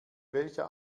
welcher